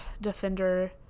defender